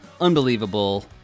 Unbelievable